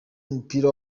w’umupira